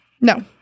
No